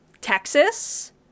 Texas